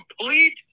complete